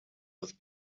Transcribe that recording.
with